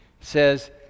says